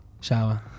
Shower